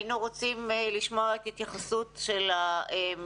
היינו רוצים לשמוע את ההתייחסות של המשרד.